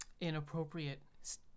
inappropriate